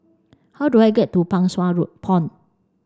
how do I get to Pang Sua road Pond